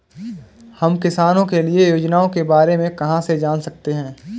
हम किसानों के लिए योजनाओं के बारे में कहाँ से जान सकते हैं?